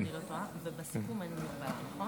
אני מזמין אותך להירשם אם אתה רוצה לדבר.